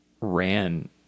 ran